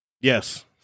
Yes